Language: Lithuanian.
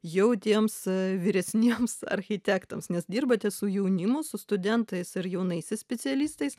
jau tiems vyresniems architektams nes dirbate su jaunimu su studentais ir jaunaisiais specialistais